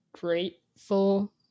grateful